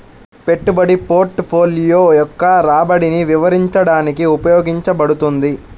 పెట్టుబడి పోర్ట్ఫోలియో యొక్క రాబడిని వివరించడానికి ఉపయోగించబడుతుంది